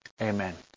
Amen